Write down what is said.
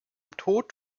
tod